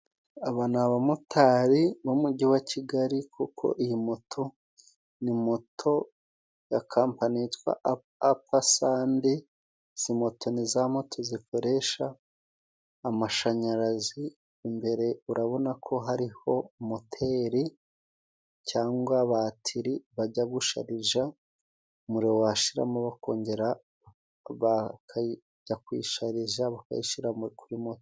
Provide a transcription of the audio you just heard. Aba ni abamotari bo mu mugi wa Kigali kuko iyi moto ni moto ya Kampani yitwa Apasande, izi moto ni za moto zikoresha amashanyarazi imbere urabona ko hariho moteri cyangwa batiri bajya gusharija, umuriro washiramo bakongera bakajya kuyisharija bakayishira kuri moto.